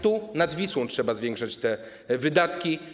Tu, nad Wisłą, trzeba zwiększać te wydatki.